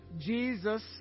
Jesus